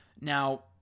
Now